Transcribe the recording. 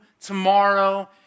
tomorrow